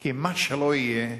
כי מה שלא יהיה,